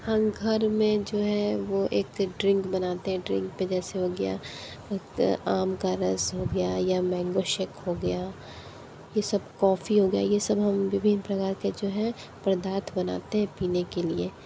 हम घर में जो है वो एक ड्रिंक बनाते हैं ड्रिंक पे जैसे हो गया आम का रस हो गया या मैंगो शेक हो गया ये सब कोफ़ी हो गयाी ये सब हम विभिन्न प्रकार के जो है पदार्थ बनाते हैं पीने के लिए